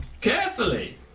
Carefully